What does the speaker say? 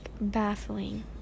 baffling